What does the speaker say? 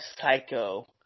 psycho